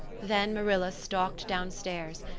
then marilla stalked downstairs,